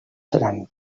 seran